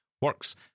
works